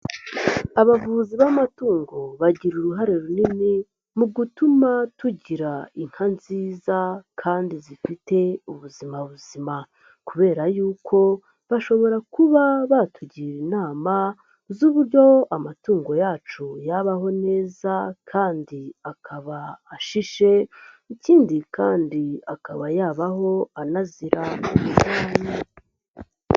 Abavuzi b'amatungo bagira uruhare runini mu gutuma tugira inka nziza kandi zifite ubuzima buzima kubera yuko bashobora kuba batugira inama z'uburyo amatungo yacu yabaho neza kandi akaba ashishe, ikindi kandi akaba yabaho anazira uburwayi.